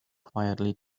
quietly